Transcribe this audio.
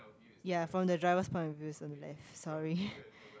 ya from the driver's point of view is on the left sorry